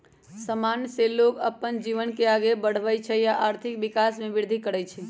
समान से लोग अप्पन जीवन के आगे बढ़वई छई आ आर्थिक विकास में भी विर्धि करई छई